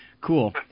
Cool